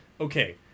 okay